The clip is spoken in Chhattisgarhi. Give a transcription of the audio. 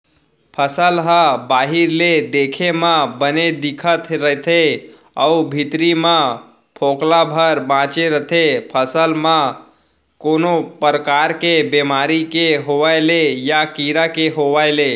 फसल ह बाहिर ले देखे म बने दिखत रथे अउ भीतरी म फोकला भर बांचे रथे फसल म कोनो परकार के बेमारी के होय ले या कीरा के होय ले